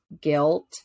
guilt